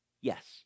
yes